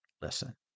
listen